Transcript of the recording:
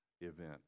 event